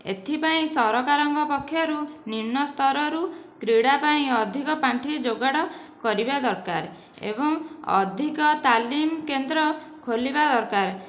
ଏଥିପାଇଁ ସରକାରଙ୍କ ପକ୍ଷରୁ ନିମ୍ନ ସ୍ତରରୁ କ୍ରୀଡ଼ା ପାଇଁ ଅଧିକ ପାଣ୍ଠି ଯୋଗାଡ଼ କରିବା ଦରକାର ଏବଂ ଅଧିକ ତାଲିମ କେନ୍ଦ୍ର ଖୋଲିବା ଦରକାର